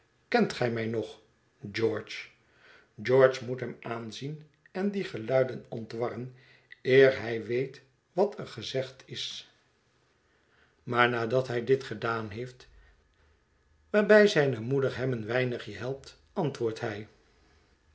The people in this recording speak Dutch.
kent ge mij nog george george moet hem aanzien en die geluiden ontwarren eer hij weet wat er gezegd is maar nadat hij dit gedaan heeft waarbij zijne moeder hem een weinig helpt antwoordt hij